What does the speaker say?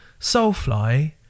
Soulfly